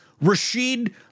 Rashid